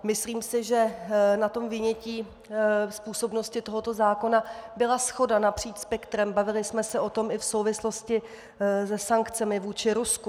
Myslím si, že na vynětí z působnosti tohoto zákona byla shoda napříč spektrem, bavili jsme se o tom i v souvislosti se sankcemi vůči Rusku.